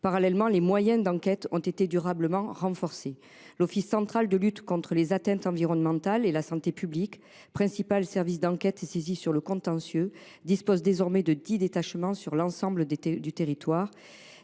Parallèlement, les moyens d’enquête ont été durablement renforcés. L’Office central de lutte contre les atteintes à l’environnement et la santé publique, principal service d’enquête saisi sur ce contentieux, dispose désormais de dix détachements sur l’ensemble du territoire,